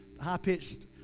high-pitched